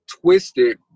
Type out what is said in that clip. twisted